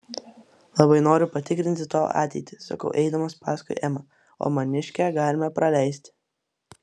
labai noriu patikrinti tavo ateitį sakau eidamas paskui emą o maniškę galime praleisti